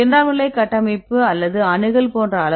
இரண்டாம் நிலை அமைப்பு அல்லது அணுகல் போன்ற அளவுருக்கள் 0